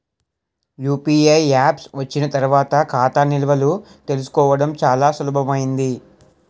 UPI apps వచ్చిన తర్వాత ఖాతా నిల్వలు తెలుసుకోవడం చాలా సులభమైంది